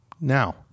Now